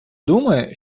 думаю